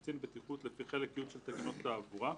קצין בטיחות לפי חלק י' של תקנות התעבורה,